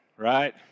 Right